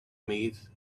made